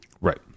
Right